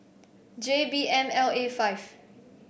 J B M L A five